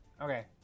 Okay